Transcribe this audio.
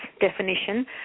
definition